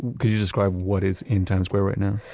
could you describe what is in times square right now?